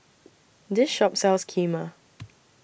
This Shop sells Kheema